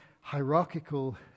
hierarchical